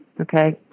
Okay